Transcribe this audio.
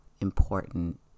important